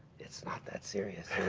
it's not that serious,